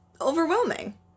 overwhelming